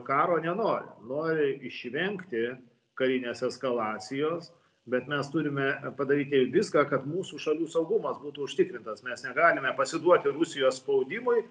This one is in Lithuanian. karo nenori nori išvengti karinės eskalacijos bet mes turime padaryti viską kad mūsų šalių saugumas būtų užtikrintas mes negalime pasiduoti rusijos spaudimui